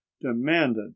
demanded